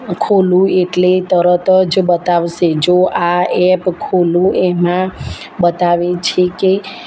ખોલું એટલે તરત જ બતાવશે જો આ એપ ખોલું એમાં બતાવે છે કે